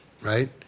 Right